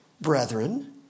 brethren